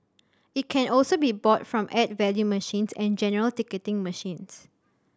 it can also be bought from add value machines and general ticketing machines